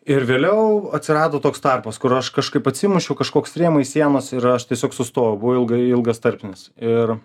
ir vėliau atsirado toks tarpas kur aš kažkaip atsimušiau kažkoks rėmai sienos ir aš tiesiog sustojau buvo ilgai ilgas tarpsnis ir